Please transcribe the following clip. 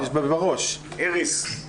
איריס,